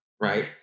right